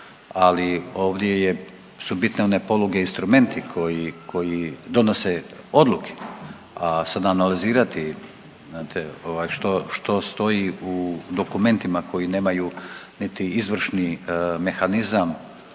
ali ovdje je su bitne one poluge i instrumenti koji donose odluke, a sada analizirate, znate, što stoji u dokumentima koji nemaju niti izvršni mehanizam